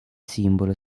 simbolo